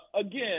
again